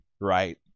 right